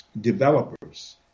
developers